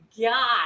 God